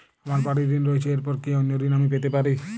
আমার বাড়ীর ঋণ রয়েছে এরপর কি অন্য ঋণ আমি পেতে পারি?